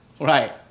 Right